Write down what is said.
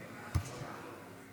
אדוני.